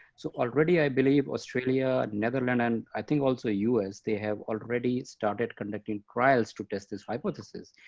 so already, i believe australia, netherlands, and i think also us, they have already started conducting trials to test this hypothesis.